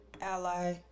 Ally